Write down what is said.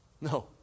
No